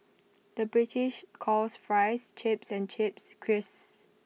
the British calls Fries Chips and Chips Crisps